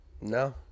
No